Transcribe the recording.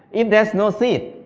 if there is no seed,